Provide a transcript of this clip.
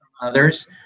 others